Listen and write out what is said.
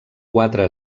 quatre